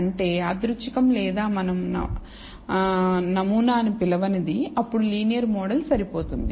అంటే యాదృచ్చికం లేదా మనం నమూనా అని పిలవనిది అప్పుడు లీనియర్ మోడల్ సరిపోతుంది